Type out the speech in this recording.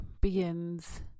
begins